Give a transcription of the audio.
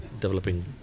developing